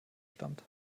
stammt